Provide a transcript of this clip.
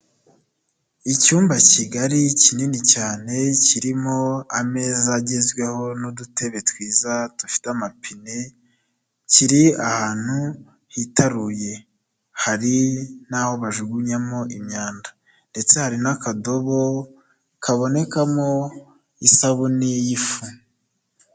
Icyumba kigari kinini cyane kirimo ameza agezweho n'udutebe twiza dufite amapine kiri ahantu hitaruye, hari n'aho bajugunyamo imyanda ndetse hari n'akadobo kabonekamo isabune y'ifu.